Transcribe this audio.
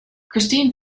christine